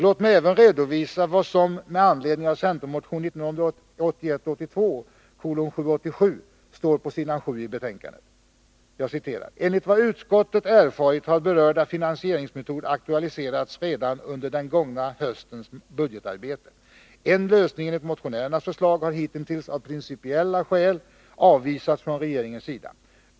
Låt mig även redovisa vad som med anledning av centermotion 1981/ 82:787 står på s. 7 i betänkandet: ”Enligt vad utskottet erfarit har berörda finansieringsmetod aktualiserats redan under den gångna höstens budgetarbete. En lösning enligt motionärernas förslag har hitintills av principiella skäl avvisats från regeringens sida.